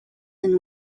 and